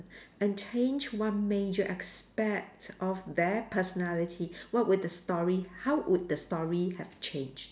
and change one major aspect of their personality what would the story how would the story have changed